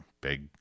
big